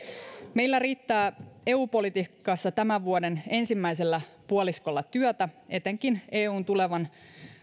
meillä riittää eu politiikassa tämän vuoden ensimmäisellä puoliskolla työtä etenkin eun tulevan